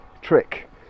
trick